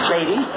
Lady